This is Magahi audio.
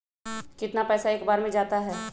कितना पैसा एक बार में जाता है?